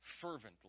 fervently